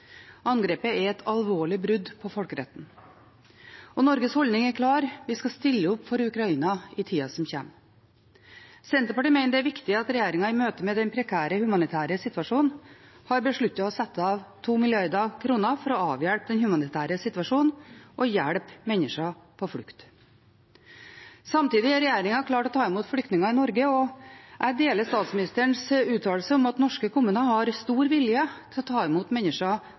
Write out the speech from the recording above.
Angrepet er et alvorlig brudd på folkeretten. Norges holdning er klar: Vi skal stille opp for Ukraina i tida som kommer. Senterpartiet mener det er viktig at regjeringen i møte med den prekære humanitære situasjonen har besluttet å sette av 2 mrd. kr for å avhjelpe den humanitære situasjonen og hjelpe mennesker på flukt. Samtidig er regjeringen klar til å ta imot flyktninger i Norge, og jeg er enig i statsministerens uttalelse om at norske kommuner har stor vilje til å ta imot mennesker